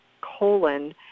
colon